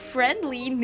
Friendly